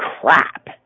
crap